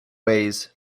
ways